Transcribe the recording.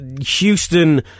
Houston